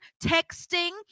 texting